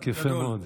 יפה מאוד.